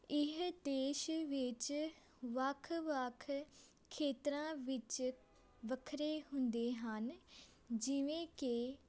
ਇਹ ਦੇਸ਼ ਵਿੱਚ ਵੱਖ ਵੱਖ ਖੇਤਰਾਂ ਵਿੱਚ ਵੱਖਰੇ ਹੁੰਦੇ ਹਨ ਜਿਵੇਂ ਕਿ